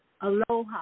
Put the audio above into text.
Aloha